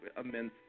immense